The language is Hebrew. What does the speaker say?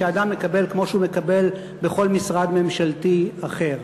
שאדם מקבל כמו שהוא מקבל בכל משרד ממשלתי אחר.